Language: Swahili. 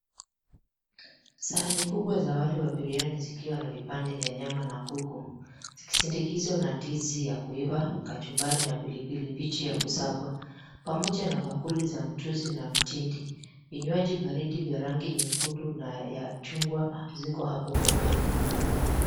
Sahani kubwa za wali wa biriani zikiwa na vipande vya nyama na kuku, zikisindikizwa na ndizi ya kuiva, kachubari na pilipili mbichi ya kusagwa, pamoja na bakuli za mchuzi na mtindi. Vinywaji baridi vya rangi nyekundu na ya chungwa ziko hapo pembeni.